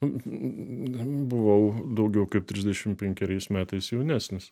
n buvau daugiau kaip trisdešim penkeriais metais jaunesnis